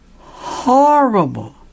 horrible